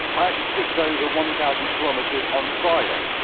i actually ticked over one thousand kilometers on friday,